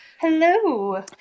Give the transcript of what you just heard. Hello